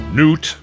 Newt